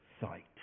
sight